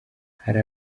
hari